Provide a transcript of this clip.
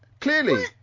Clearly